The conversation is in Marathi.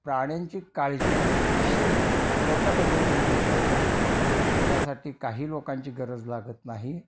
प्राण्यांची काळजी अतिशय सोप्या पद्धतीने घेता येते त्यासाठी काही लोकांची गरज लागत नाही